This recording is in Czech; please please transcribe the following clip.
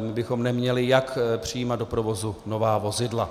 my bychom neměli jak přijímat do provozu nová vozidla.